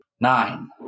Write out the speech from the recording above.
Nine